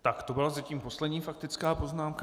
Tak to byla zatím poslední faktická poznámka.